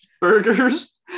burgers